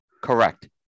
Correct